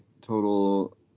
total